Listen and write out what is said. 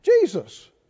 Jesus